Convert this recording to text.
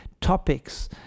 topics